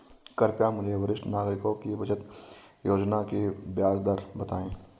कृपया मुझे वरिष्ठ नागरिकों की बचत योजना की ब्याज दर बताएं